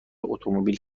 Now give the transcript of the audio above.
اتومبیل